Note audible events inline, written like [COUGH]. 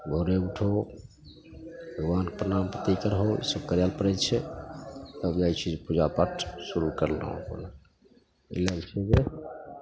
भोरे उठू भगवानके परनामपाती कएलहुँ ईसब करै पड़ै छै तब जाइ छिए पूजापाठ शुरू करलहुँ अपना [UNINTELLIGIBLE] छिए